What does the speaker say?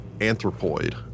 anthropoid